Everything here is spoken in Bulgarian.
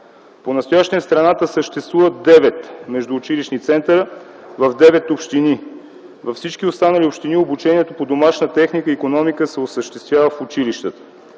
Понастоящем в страната съществуват девет междуучилищни центъра в девет общини. Във всички останали общини обучението по домашна техника и икономика се осъществява в училищата.